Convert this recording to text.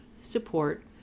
support